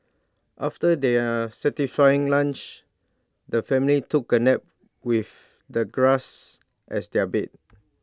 after their satisfying lunch the family took A nap with the grass as their bed